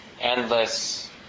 endless